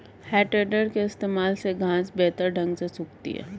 है टेडर के इस्तेमाल से घांस बेहतर ढंग से सूखती है